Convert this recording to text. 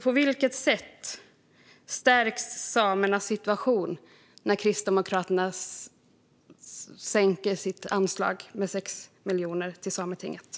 På vilket sätt stärks samernas situation när Kristdemokraterna sänker sitt anslag till Sametinget med 6 miljoner?